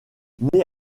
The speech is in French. née